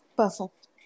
Perfect